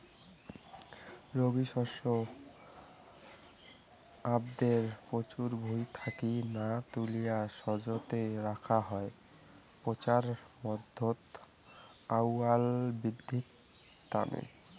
রবি শস্য আবাদের পাচত ভুঁই থাকি না তুলি সেজটো রাখাং হই পচার মাধ্যমত আউয়াল বিদ্ধির তানে